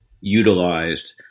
Utilized